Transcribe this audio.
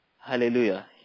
Hallelujah